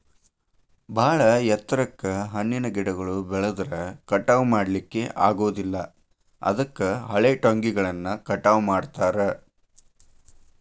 ಬಾಳ ಎತ್ತರಕ್ಕ್ ಹಣ್ಣಿನ ಗಿಡಗಳು ಬೆಳದ್ರ ಕಟಾವಾ ಮಾಡ್ಲಿಕ್ಕೆ ಆಗೋದಿಲ್ಲ ಅದಕ್ಕ ಹಳೆಟೊಂಗಿಗಳನ್ನ ಕಟಾವ್ ಮಾಡ್ತಾರ